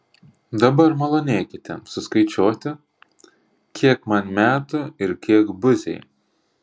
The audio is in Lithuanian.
dabar malonėkite suskaičiuoti kiek man metų ir kiek buziai